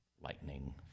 lightning